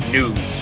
News